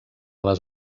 les